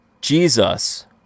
Jesus